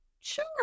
sure